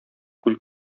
күл